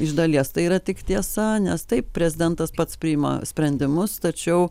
iš dalies tai yra tik tiesa nes taip prezidentas pats priima sprendimus tačiau